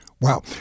Wow